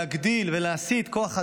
להגדיל ולהסיט כוח אדם.